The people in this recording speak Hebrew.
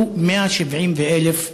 המספר הוא 170,000 איש,